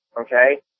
okay